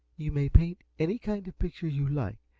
you may paint any kind of picture you like,